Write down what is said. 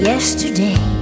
Yesterday